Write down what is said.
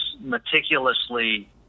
meticulously